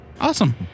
Awesome